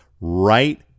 right